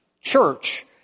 church